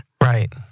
Right